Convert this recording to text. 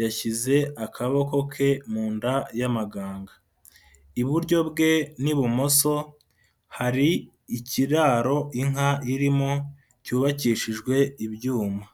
yashyize akaboko ke mu nda y'amaganga, iburyo bwe n'ibumoso hari ikiraro inka irimo cyubakishijwe ibyuma.